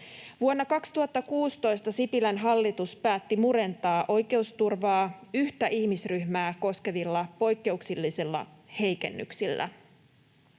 Vuonna 2016 Sipilän hallitus päätti murentaa oikeusturvaa yhtä ihmisryhmää koskevilla poikkeuksellisilla heikennyksillä.